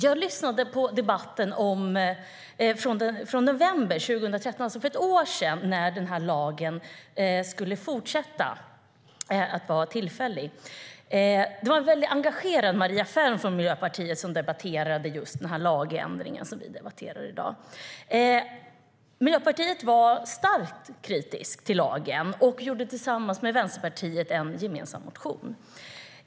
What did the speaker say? Jag lyssnade på debatten i november 2013, alltså för ett år sedan, när den här lagen skulle fortsätta vara tillfällig. Det var en väldigt engagerad Maria Ferm från Miljöpartiet som då debatterade just den lagändring som vi debatterar i dag. Miljöpartiet var starkt kritiskt till lagen och gjorde tillsammans med Vänsterpartiet en motion.